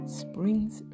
spring's